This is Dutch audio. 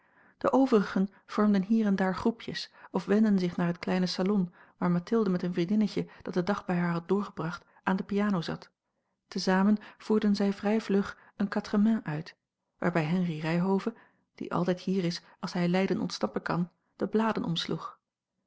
de overigen vormden hier en daar groepjes of wendden zich naar het kleine salon waar mathilde met een vriendinnetje dat den dag bij haar had doorgebracht aan de piano zat te zamen voerden zij vrij vlug eene quatre-mains uit waarbij henry ryhove die altijd hier is als hij leiden ontsnappen kan de bladen omsloeg